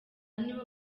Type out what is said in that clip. nibo